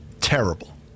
terrible